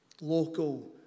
Local